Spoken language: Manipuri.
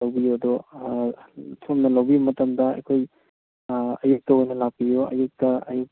ꯂꯧꯕꯤꯌꯣ ꯑꯗꯣ ꯁꯣꯝꯅ ꯂꯧꯕꯤꯕ ꯃꯇꯝꯗ ꯑꯩꯈꯣꯏ ꯑꯌꯨꯛꯇ ꯑꯣꯏꯅ ꯂꯥꯛꯄꯤꯌꯣ ꯑꯌꯨꯛꯇ